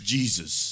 Jesus